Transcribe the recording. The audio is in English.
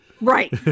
Right